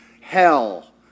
hell